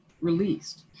released